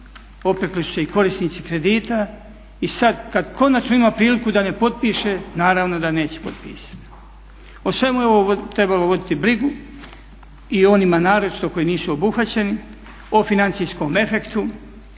opekli su se i korisnici kredita i sad kad konačno ima priliku da ne potpiše naravno da neće potpisat. O svemu je ovome trebalo voditi brigu i o onima naročito koji nisu obuhvaćeni, o financijskom efektu,